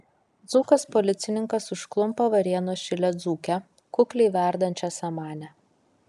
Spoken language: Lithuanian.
dzūkas policininkas užklumpa varėnos šile dzūkę kukliai verdančią samanę